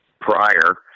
prior